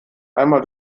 einmal